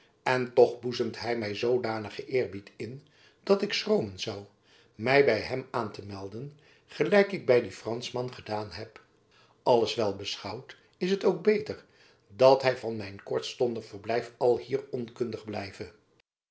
en toch boezemt hy my zoodanigen eerbied in dat ik schroomen zoû my by hem aan te melden gelijk ik by dien franschman gedaan heb alles wel beschouwd is het ook beter dat hy van mijn kortstondig verblijf alhier onkundig blijve